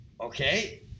okay